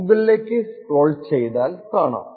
മുകളിലേക്ക് സ്ക്രോൾ ചെയ്താൽ കാണാം